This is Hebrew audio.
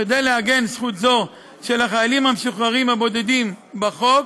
וכדי לעגן זכות זו של החיילים המשוחררים הבודדים בחוק,